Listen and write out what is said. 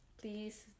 please